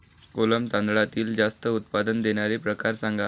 कोलम तांदळातील जास्त उत्पादन देणारे प्रकार सांगा